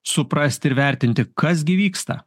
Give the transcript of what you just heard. suprasti ir vertinti kas gi vyksta